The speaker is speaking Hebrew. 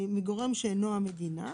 מגורם שאינו המדינה,